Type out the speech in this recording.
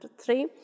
three